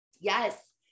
Yes